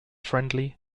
friendly